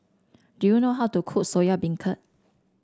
do you know how to cook Soya Beancurd